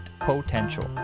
potential